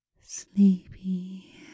sleepy